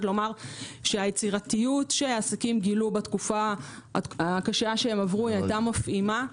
היצירתיות שהעסקים גילו בתקופה הקשה שעברה הייתה מפעימה.